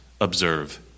observe